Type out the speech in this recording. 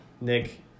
Nick